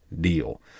deal